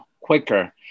quicker